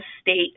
state